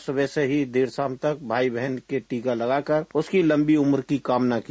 आज सुबह से ही देर शाम तक भाई बहन के टीका लगाकर कर उसकी लम्बी उम्र की कामना की